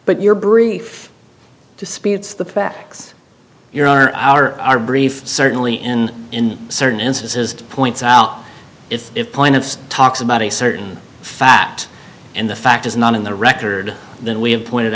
but your brief disputes the facts your honor our our brief certainly and in certain instances points out if it point of talks about a certain fact and the fact is not in the record then we have pointed